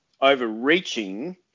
Overreaching